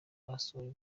basohoye